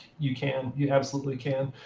you can. you absolutely can.